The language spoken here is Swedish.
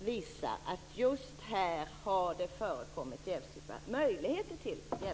visar att just här har det förekommit misstankar om jävssituationer.